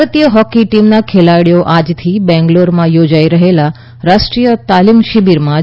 ભારતીય હોકી ટીમના ખેલાડીઓ આજથી બેંગ્લોરમાં યોજાઇ રહેલા રાષ્ટ્રીય તાલીમ શિબીરમાં જોડાશે